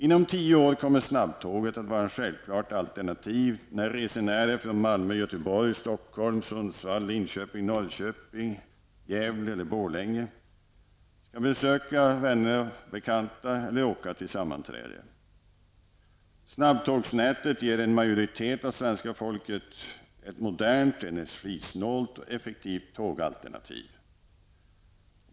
Inom tio år kommer snabbtåget att vara ett självklart alternativ när resenärer från Malmö, Norrköping, Gävle eller Borlänge skall besöka vänner och bekanta eller åka till ett sammanträde. Snabbtågsnätet ger en majoritet av svenska folket ett modernt, energisnålt och effektivt tågalternativ.